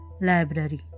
library